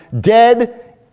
dead